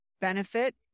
benefit